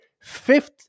fifth